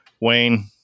wayne